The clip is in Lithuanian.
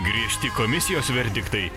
griežti komisijos verdiktai